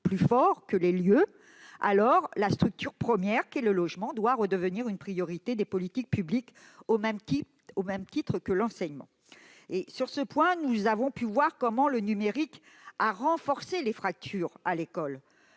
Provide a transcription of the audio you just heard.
plus forts que les lieux, la structure première qu'est le logement doit redevenir une priorité des politiques publiques, au même titre que l'enseignement. Sur ce sujet, nous avons pu voir comment le numérique a renforcé les fractures à l'école.